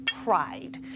pride